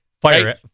Fire